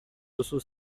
duzu